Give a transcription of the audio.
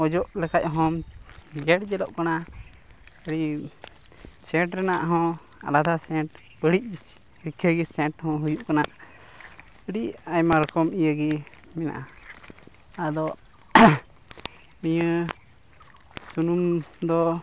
ᱚᱡᱚᱜ ᱞᱮᱠᱷᱟᱱ ᱦᱚᱢ ᱡᱮᱰᱼᱡᱮᱰᱚᱜ ᱠᱟᱱᱟ ᱟᱹᱰᱤ ᱥᱮᱹᱱᱴ ᱨᱮᱱᱟᱜ ᱦᱚᱸ ᱟᱞᱟᱫᱟ ᱥᱮᱹᱱᱴ ᱵᱟᱹᱲᱤᱡ ᱦᱤᱨᱠᱷᱟᱹ ᱜᱮ ᱥᱮᱹᱱᱴ ᱦᱚᱸ ᱦᱩᱭᱩᱜ ᱠᱟᱱᱟ ᱟᱹᱰᱤ ᱟᱭᱢᱟ ᱨᱚᱠᱚᱢ ᱤᱭᱟᱹ ᱜᱮ ᱢᱮᱱᱟᱜᱼᱟ ᱟᱫᱚ ᱱᱤᱭᱟᱹ ᱥᱩᱱᱩᱢ ᱫᱚ